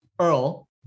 Earl